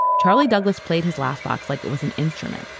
charlie douglas played his laff box like it was an instrument.